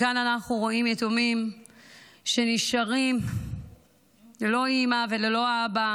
כאן אנחנו רואים יתומים שנשארים ללא אימא וללא אבא